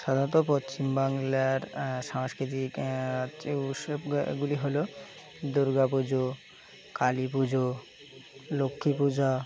সাধারণত পশ্চিমবাংলার সাংস্কৃতিক উৎসবগুলি হলো দুর্গা পুজো কালী পুজো লক্ষ্মী পূজা